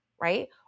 right